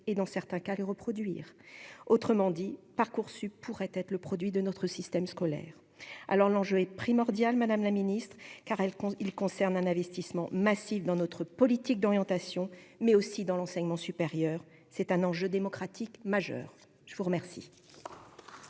et dans certains cas les reproduire, autrement dit Parcoursup pourrait être le produit de notre système scolaire alors l'enjeu est primordial, Madame la Ministre, car elle compte il concerne un investissement massif dans notre politique d'orientation, mais aussi dans l'enseignement supérieur, c'est un enjeu démocratique majeur, je vous remercie.